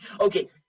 Okay